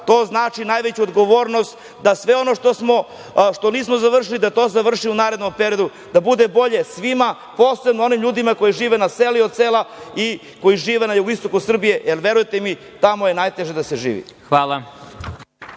To znači najveću odgovornost da sve ono što nismo završili, da to završimo u narednom periodu, da bude bolje svima, posebno onim ljudima koji žive na selu i od sela i koji žive na jugoistoku Srbije, jer verujte mi, tamo je najteže da se živi.